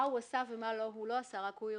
מה הוא עשה או לא עשה זה רק הוא יודע.